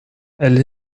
elle